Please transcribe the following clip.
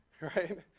right